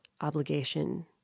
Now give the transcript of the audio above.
obligation